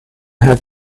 have